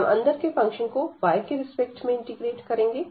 हम अंदर के फंक्शन को y के रिस्पेक्ट में इंटीग्रेट करेंगे